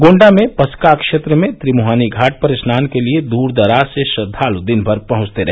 गोण्डा में पसका क्षेत्र में त्रिमुहानी घाट पर स्नान के लिए दूरदराज से श्रद्वालु दिन भर पहुंचते रहे